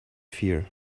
fear